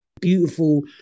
Beautiful